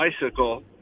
bicycle